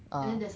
uh